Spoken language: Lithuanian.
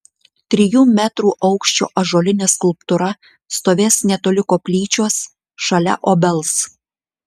trijų metrų aukščio ąžuolinė skulptūra stovės netoli koplyčios šalia obels